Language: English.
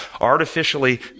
artificially